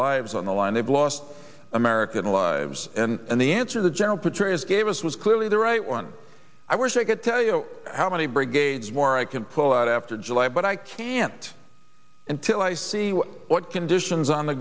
lives on the line they've lost american lives and the answer to general petraeus gave us was clearly the right one i wish i could tell you how many brigades more i can pull out after july but i can't until i see what conditions on the